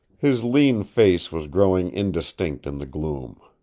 his lean face was growing indistinct in the gloom.